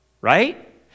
right